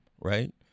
Right